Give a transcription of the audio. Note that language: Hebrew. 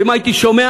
ומה הייתי שומע,